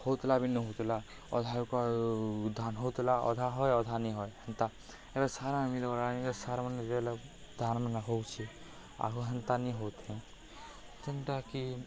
ହଉଥିଲା ବି ନ ହଉଥିଲା ଅଧାରୁ ଧାନ୍ ହଉଥିଲା ଅଧା ହୁଏ ଅଧା ନି ହୁଏ ହେନ୍ତା ଏବେ ସାର୍ ସାର୍ ମାନେ ଯେତେବେଲେ ଧାନ୍ ମାନେ ହଉଛେ ଆଗ ହେନ୍ତାନି ହଉଥେଇ ଯେନ୍ଟାକି